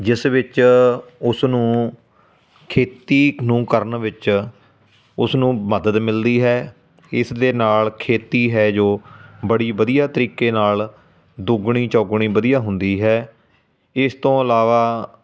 ਜਿਸ ਵਿੱਚ ਉਸਨੂੰ ਖੇਤੀ ਨੂੰ ਕਰਨ ਵਿੱਚ ਉਸਨੂੰ ਮਦਦ ਮਿਲਦੀ ਹੈ ਇਸ ਦੇ ਨਾਲ ਖੇਤੀ ਹੈ ਜੋ ਬੜੀ ਵਧੀਆ ਤਰੀਕੇ ਦੇ ਨਾਲ ਦੁੱਗਣੀ ਚੌਗਣੀ ਵਧੀਆ ਹੁੰਦੀ ਹੈ ਇਹ ਤੋਂ ਇਲਾਵਾ